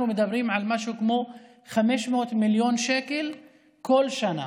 אנחנו מדברים על משהו כמו 500 מיליון שקל כל שנה.